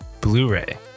Blu-ray